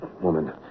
woman